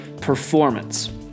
performance